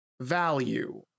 value